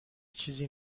چیزی